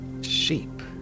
Sheep